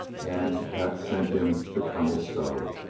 and that sent him to colonel stow.